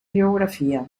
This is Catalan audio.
geografia